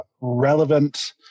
relevant